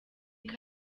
ruth